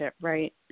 right